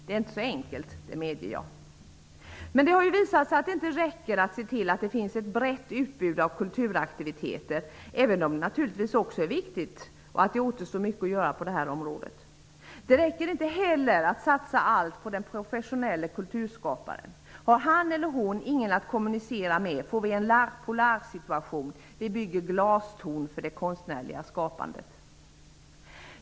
Jag medger att det inte är så enkelt. Det har ju visat sig att det inte räcker att se till att det finns ett brett utbud av kulturaktiviteter -- även om det naturligtvis också är viktigt och det återstår mycket att göra på det här området. Det räcker inte heller att satsa allt på den professionelle kulturskaparen. Om han eller hon inte har någon att kommunicera med får vi en ''l'art pour l'art''-situation; vi bygger glastorn för det konstnärliga skapandet.